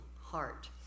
heart